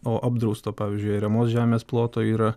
o apdrausto pavyzdžiui ariamos žemės ploto yra